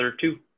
two